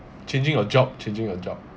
changing your job changing your job